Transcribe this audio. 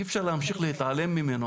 אי אפשר להמשיך להתעלם ממנו.